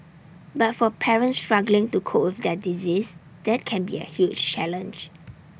but for parents struggling to cope with their disease that can be A huge challenge